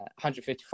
155